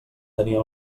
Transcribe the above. tenia